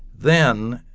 then,